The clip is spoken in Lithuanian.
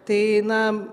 tai einam